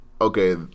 Okay